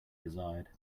desired